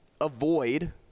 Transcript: avoid